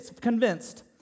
convinced